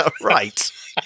right